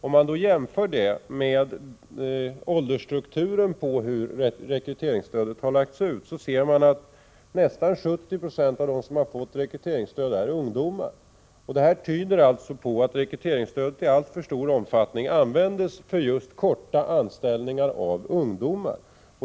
Om man då jämför detta med siffrorna över vilka åldersgrupper som har fått ta del av rekryteringsstödet, ser man att nästan 70 20 av dem som har fått stödet är ungdomar. Detta tyder alltså på att rekryteringsstödet i alltför stor omfattning används för just korta anställningar av ungdomar.